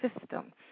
system